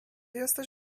jesteś